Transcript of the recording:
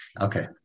Okay